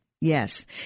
Yes